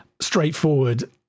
straightforward